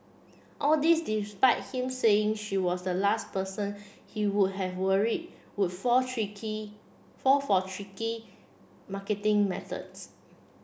all this despite him saying she was the last person he would have worried would fall tricky fall for tricky marketing methods